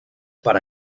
para